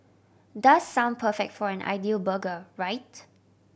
does sound perfect for an ideal burger right